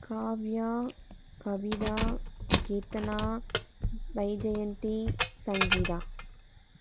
Kavya Kavitha Keerthana Vyjayanthi Sangeetha